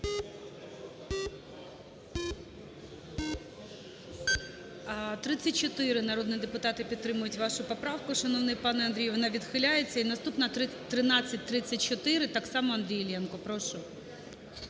34 народних депутатів підтримують вашу поправку. Шановний пане Андрію, вона відхиляється. І наступна 1334, так само Андрій Іллєнко, прошу.